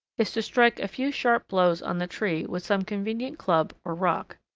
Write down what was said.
is to strike a few sharp blows on the tree with some convenient club or rock.